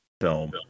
film